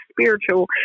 spiritual